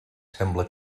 sembla